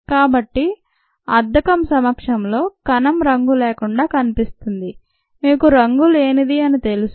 కాబట్టి అద్దకం సమక్షంలో కణం రంగు లేకుండా కనిపిస్తుంది మీకు రంగు లేనిది అని తెలుసు